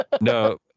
No